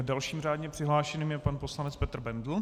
Dalším řádně přihlášeným je pan poslanec Petr Bendl.